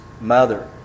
mother